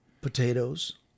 potatoes